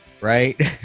right